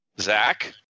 Zach